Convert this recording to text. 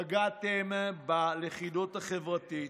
שפגעתם בלכידות החברתית,